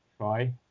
try